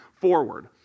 forward